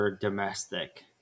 domestic